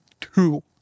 two